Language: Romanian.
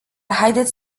haideți